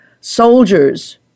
soldiers